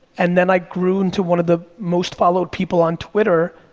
and then i grew into one of the most followed people on twitter,